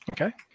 Okay